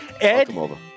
Ed